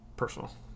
personal